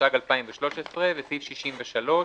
התשע"ג 2013‏, בסעיף 63,